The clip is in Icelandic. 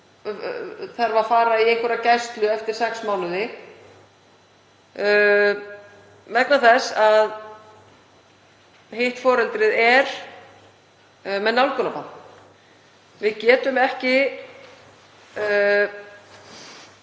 þarf að fara í einhverja gæslu eftir sex mánuði vegna þess að hitt foreldrið er með nálgunarbann. Eins og